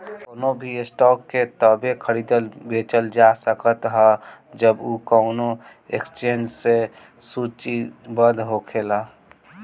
कवनो भी स्टॉक के तबे खरीदल बेचल जा सकत ह जब उ कवनो एक्सचेंज में सूचीबद्ध होखे